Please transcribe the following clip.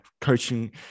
coaching